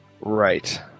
Right